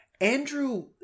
Andrew